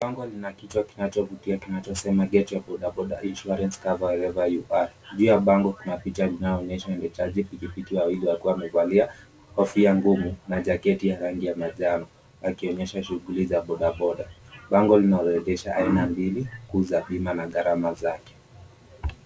Bango lina kichwa kinachovutia kinachosema Get your bodaboda insurance cover whenever you are . Juu ya bango kuna picha zinazoonyesha waendeshaji pikipiki wawili wakiwa wamevalia kofia ngumu na jaketi ya rangi ya manjano wakionyesha shughuli za bodaboda. Bango linaorodhesha aina mbili kuu za bima na gharama zake.